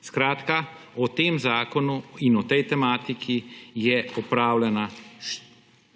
Skratka, o tem zakonu in o tej tematiki je opravljena